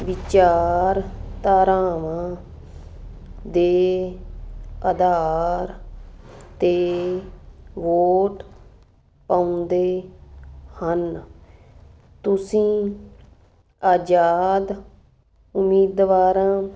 ਵਿਚਾਰਧਾਰਾਵਾਂ ਦੇ ਆਧਾਰ 'ਤੇ ਵੋਟ ਪਾਉਂਦੇ ਹਨ ਤੁਸੀਂ ਆਜ਼ਾਦ ਉਮੀਦਵਾਰਾਂ